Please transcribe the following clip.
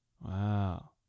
Wow